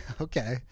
Okay